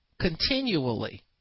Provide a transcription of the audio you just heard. continually